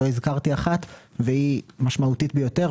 לא ציינתי אחת והיא משמעותית ביותר.